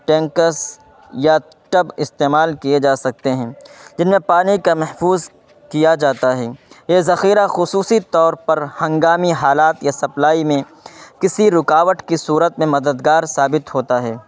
tankers یا tub استعمال کیے جا سکتے ہیں جن میں پانی کا محفوظ کیا جاتا ہے یہ ذخیرہ خصوصی طور پر پنگامی حالات یا سپلائی میں کسی رکاوٹ کی صورت میں مددگار ثابت ہوتا ہے